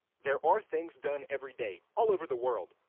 there are things done every day, all over the world,